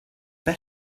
and